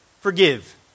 forgive